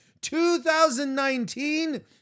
2019